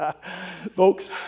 Folks